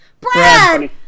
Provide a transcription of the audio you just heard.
Brad